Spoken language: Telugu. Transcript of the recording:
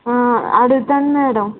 అడుగుతాను మేడం